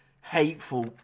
hateful